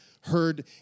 heard